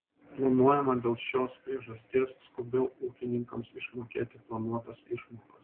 planuojama dėl šios priežasties skubiau ūkininkams išmokėti planuotas išmokas